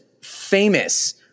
famous